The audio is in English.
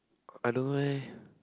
I don't know leh